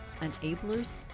enablers